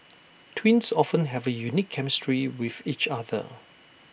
twins often have A unique chemistry with each other